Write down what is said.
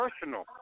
personal